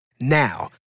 now